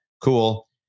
Cool